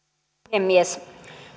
puhemies